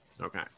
Okay